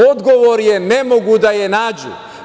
Odgovor je – ne mogu da je nađu.